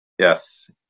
Yes